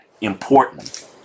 important